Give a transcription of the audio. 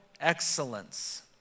excellence